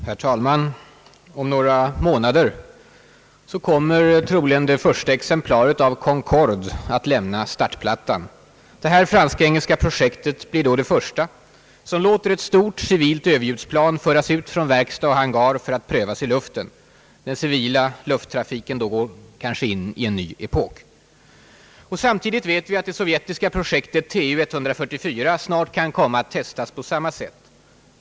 Herr talman! Om några månader kommer troligen det första exemplaret av Concorde att lämna startplattan. Detta fransk-engelska projekt blir då det första som låter ett stort, civilt överljudsplan föras ut från verkstad och hangar för att prövas i luften. Den civila lufttrafiken går då kanske in i en ny epok. Samtidigt vet vi att det sovjetiska projektet Tu-144 snart kan komma att testas på samma sätt.